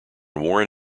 warren